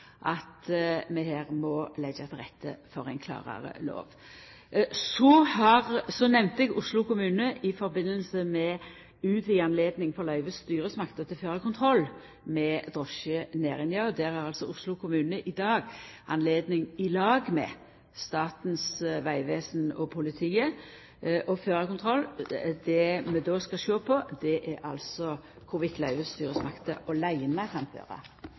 at vi her må leggja til rette for ei klarare lov. Så nemnde eg Oslo kommune i samband med utvida anledning for løyvestyresmakter til å føra kontroll med drosjenæringa. Der har altså Oslo kommune, i lag med Statens vegvesen og politiet, i dag anledning til å føra kontroll. Det vi då skal sjå på, er